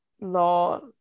law